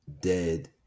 dead